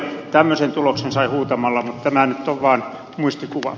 tämmöisen tuloksen sai huutamalla mutta tämä nyt on vaan muistikuva